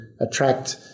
attract